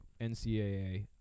NCAA